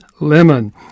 Lemon